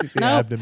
no